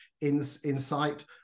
insight